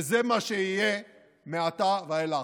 וזה מה שיהיה מעתה ואילך.